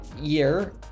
year